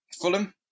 Fulham